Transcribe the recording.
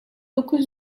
dokuz